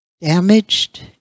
damaged